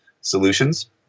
solutions